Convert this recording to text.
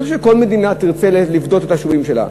אני חושב שכל מדינה תרצה לפדות את השבויים שלה.